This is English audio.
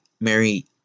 Mary